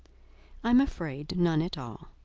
i am afraid, none at all.